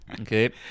Okay